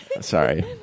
Sorry